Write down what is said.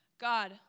God